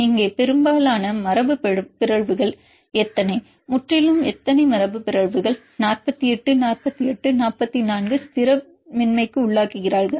இங்கே பெரும்பாலான மரபு பிறழ்வுகள் எத்தனை முற்றிலும் முற்றிலும் எத்தனை மரபுபிறழ்வுகள் 48 48 44 ஸ்திரமின்மைக்குள்ளாக்குகிறார்கள்